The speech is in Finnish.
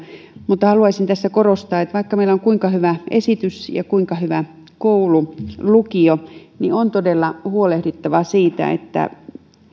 mutta haluaisin tässä korostaa että vaikka meillä on kuinka hyvä esitys ja kuinka hyvä koulu lukio niin on todella huolehdittava siitä